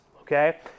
Okay